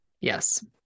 yes